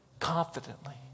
confidently